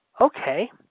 Okay